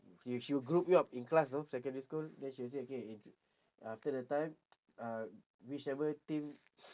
you she'll group you up in class you know secondary school then she will say okay in after the time uh whichever team